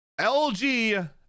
LG